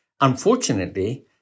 Unfortunately